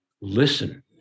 listen